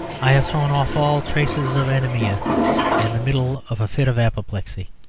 i have thrown off all traces of anaemia in the middle of a fit of apoplexy.